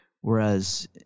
Whereas